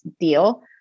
deal